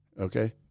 Okay